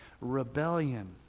rebellion